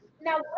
Now